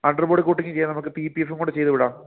underbody coating ചെയ്യാ നമക്ക് P P എഫും കൂടെ ചെയ്തുവിടാം